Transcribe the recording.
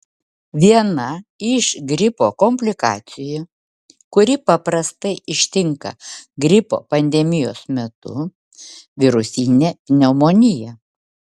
viena iš gripo komplikacijų kuri paprastai ištinka gripo pandemijos metu virusinė pneumonija